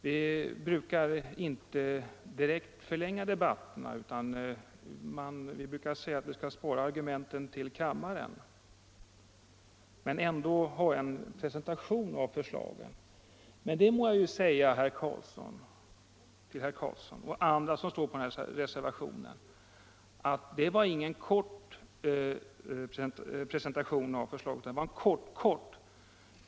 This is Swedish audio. Vi brukar inte direkt förlänga debatterna utan vi brukar säga att vi skall spara argumenten till kammaren, men ändå ha en presentation av förslagen. Men det må jag säga till herr Carlsson och de andra ledamöter som står på denna reservation att det var ingen kort presentation av reservationsförslaget utan den var kortkort.